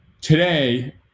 today